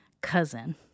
cousin